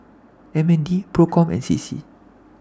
MND PROCOM and CC